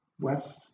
west